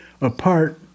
apart